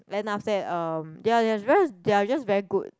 then after that um they're just they're just very good